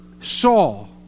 Saul